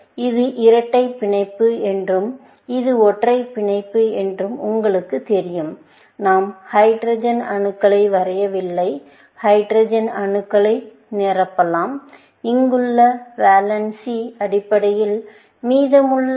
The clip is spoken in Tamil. இது இரட்டை பிணைப்பு என்றும் இது ஒற்றை பிணைப்பு என்றும் உங்களுக்குத் தெரியும் நாம் ஹைட்ரஜன் அணுக்களை வரையவில்லை ஹைட்ரஜன் அணுக்களை நிரப்பலாம் இங்குள்ள வேலன்ஸ் அடிப்படையில் மீதமுள்ளவை